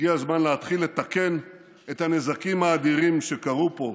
הגיע הזמן להתחיל לתקן את הנזקים האדירים שקרו פה,